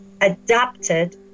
adapted